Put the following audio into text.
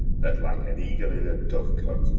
that, like an eagle in a dove-cote,